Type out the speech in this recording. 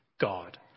God